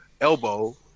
elbow